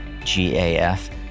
GAF